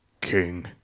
King